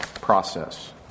process